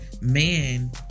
man